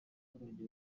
abaturage